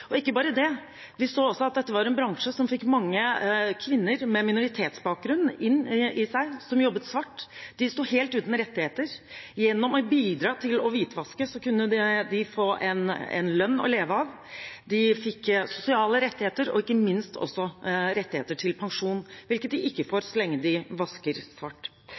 Og ikke bare det: Vi så også at dette var en bransje som fikk inn mange kvinner med minoritetsbakgrunn som jobbet svart. De sto helt uten rettigheter. Gjennom å bidra til å hvitvaske kunne de få en lønn å leve av. De fikk sosiale rettigheter og ikke minst rettigheter til pensjon, hvilket de ikke får